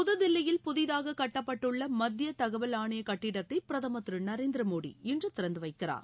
புதுதில்லியில் புதிதாக கட்டப்பட்டுள்ள மத்திய தகவல் ஆணைய கட்டிடத்தை பிரதம் திரு நரேந்திர மோடி இன்று திறந்து வைக்கிறார்